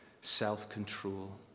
Self-control